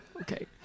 Okay